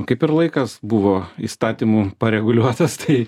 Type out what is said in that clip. kaip ir laikas buvo įstatymų pareguliuotas tai